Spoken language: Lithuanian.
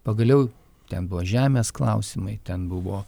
pagaliau ten buvo žemės klausimai ten buvo